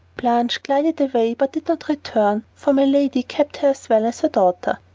blanche glided away but did not return, for my lady kept her as well as her daughter.